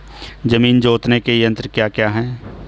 जमीन जोतने के यंत्र क्या क्या हैं?